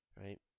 right